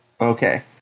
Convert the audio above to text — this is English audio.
Okay